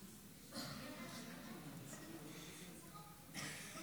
15 בעד, אין מתנגדים, אין נמנעים.